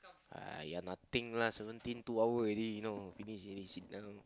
!aiya! nothing lah seventeen two hour already you know finish already sit down